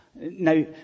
Now